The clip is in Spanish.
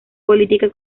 política